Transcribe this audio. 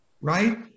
right